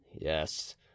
Yes